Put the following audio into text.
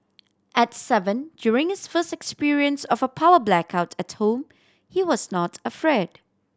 at seven during his first experience of a power blackout at home he was not afraid